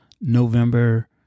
November